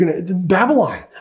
Babylon